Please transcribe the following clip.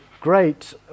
great